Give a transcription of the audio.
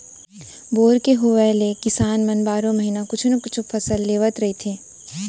bore के होए ले किसान मन बारो महिना कुछु न कुछु फसल लेवत रहिथे